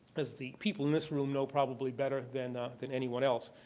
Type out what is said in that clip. as the people in this room know probably better than than anyone else,